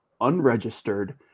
unregistered